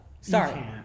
Sorry